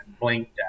blinked